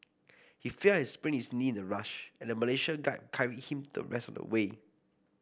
he fell and sprained his knee in the rush and a Malaysian guide carried him the rest of the way